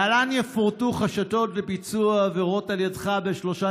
להלן יפורטו חשדות לביצוע עבירות על ידך בשלושה